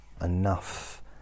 enough